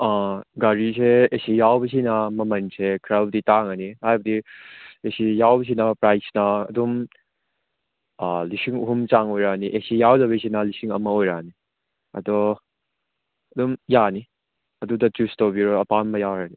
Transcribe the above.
ꯒꯥꯔꯤꯁꯦ A C ꯌꯥꯎꯕꯁꯤꯅ ꯃꯃꯟꯁꯦ ꯈꯔꯕꯨꯗꯤ ꯇꯥꯡꯂꯅꯤ ꯍꯥꯏꯕꯗꯤ ꯑꯦ ꯁꯤ ꯌꯥꯎꯕꯁꯤꯅ ꯄ꯭ꯔꯥꯏꯖꯅ ꯑꯗꯨꯝ ꯂꯤꯁꯤꯡ ꯑꯍꯨꯝ ꯆꯥꯝ ꯑꯣꯏꯔꯛꯂꯅꯤ ꯑꯦ ꯁꯤ ꯌꯥꯎꯗꯕꯁꯤꯅ ꯂꯤꯁꯤꯡ ꯑꯃ ꯑꯣꯏꯔꯛꯂꯅꯤ ꯑꯗꯣ ꯑꯗꯨꯝ ꯌꯥꯅꯤ ꯑꯗꯨꯗ ꯆꯨꯁ ꯇꯧꯕꯤꯔꯣ ꯑꯄꯥꯝꯕ ꯌꯥꯎꯔꯗꯤ